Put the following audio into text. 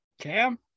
cam